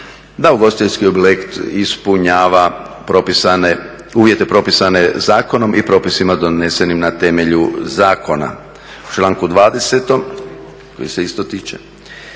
da ugostiteljski objekt ispunjava propisane, uvjete propisane zakonom i propisima donesenim na temelju zakona." U članku 20. koji se isto tiče